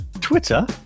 Twitter